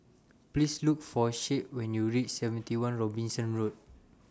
Please Look For Shade when YOU REACH seventy one Robinson Road